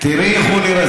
תראי איך הוא נראה.